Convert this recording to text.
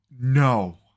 No